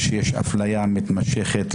שיש הפליה מתמשכת,